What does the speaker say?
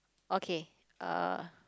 okay uh